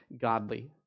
godly